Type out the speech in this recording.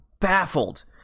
baffled